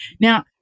Now